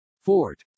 Fort